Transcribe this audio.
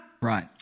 right